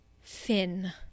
Finn